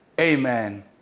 amen